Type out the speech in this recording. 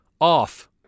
off